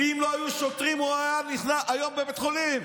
אם לא היו שוטרים, הוא היה היום בבית החולים.